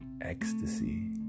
ecstasy